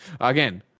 Again